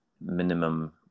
minimum